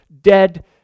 dead